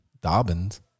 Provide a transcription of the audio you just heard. Dobbins